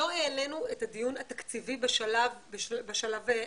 לא העלינו את הדיון התקציבי בשלב הקודם,